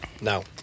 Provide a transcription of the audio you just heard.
No